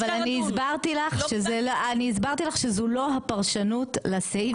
אבל אני הסברתי לך שזו לא הפרשנות לסעיף הזה.